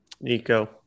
Nico